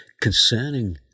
concerning